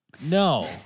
No